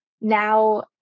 now